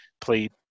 played